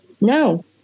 No